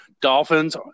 dolphins